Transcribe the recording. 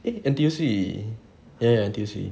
eh N_T_U_C ya ya N_T_U_C